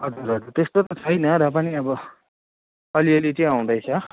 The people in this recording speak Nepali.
हजुर त्यस्तो त छैन र पनि अब अलिअलि चाहिँ आउँदैछ